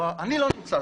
אני לא נמצא.